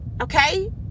okay